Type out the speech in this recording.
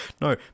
no